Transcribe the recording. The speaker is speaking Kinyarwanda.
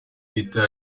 twitter